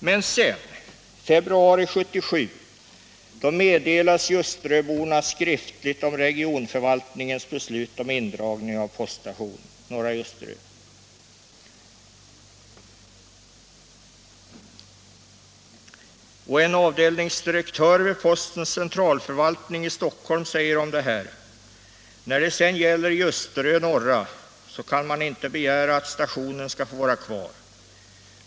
Men i februari 1977 meddelades Ljusteröborna skriftligt regionförvaltningens beslut om indragning av poststationen Norra Ljusterö. En avdelningsdirektör vid postens centralförvaltning i Stockholm säger om detta: b ”När det sedan gäller Ljusterö Norra, så kan man inte begära att stationen skall få vara kvar.